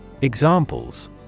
Examples